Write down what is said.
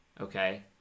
okay